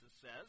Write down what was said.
says